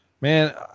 man